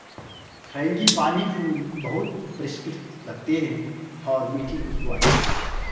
frangipani फूल बहुत परिष्कृत लगते हैं और मीठी खुशबू आती है